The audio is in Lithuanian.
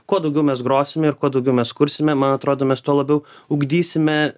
kuo daugiau mes grosime ir kuo daugiau mes kursime man atrodo mes tuo labiau ugdysime